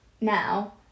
now